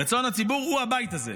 רצון הציבור הוא הבית הזה.